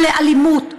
היא לאלימות.